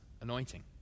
anointing